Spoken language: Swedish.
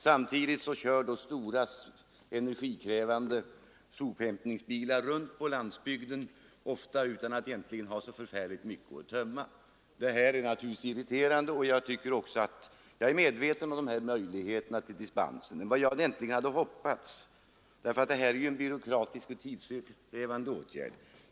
Samtidigt kör då stora energikrävande sophämtningsbilar runt på landsbygden, ofta utan att egentligen ha så förfärligt mycket sopor att hämta. Detta är naturligtvis irriterande. Jag är medveten om möjligheterna till dispens, men det är en byråkratisk och tidskrävande åtgärd.